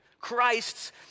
Christ's